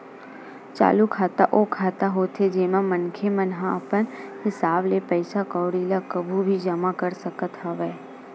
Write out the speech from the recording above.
चालू खाता ओ खाता होथे जेमा मनखे मन ह अपन हिसाब ले पइसा कउड़ी ल कभू भी जमा कर सकत हवय